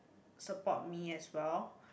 support me as well